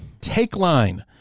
TakeLine